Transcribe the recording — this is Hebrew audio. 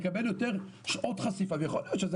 מקבל יותר שעות חשיפה ויכול להיות שזה